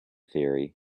theory